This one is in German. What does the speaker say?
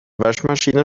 waschmaschine